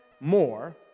more